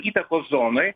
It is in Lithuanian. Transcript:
įtakos zonoj